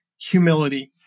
humility